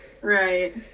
Right